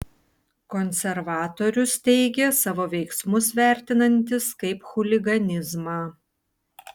konservatorius teigė savo veiksmus vertinantis kaip chuliganizmą